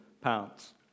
pounds